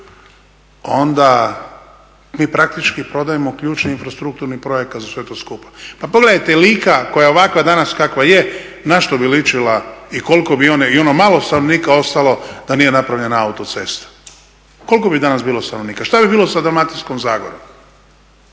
onda mi praktički prodajemo ključni infrastrukturni projekat za sve to skupa. Pa pogledajte, Lika koja je ovakva danas kakva je na što bi ličila i koliko bi ona, i ono malo stanovnika ostalo da nije napravljena autocesta. Koliko bi danas bilo stanovnika? Šta bi bilo sa Dalmatinskom zagorom?